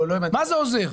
מה זה עוזר?